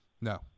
No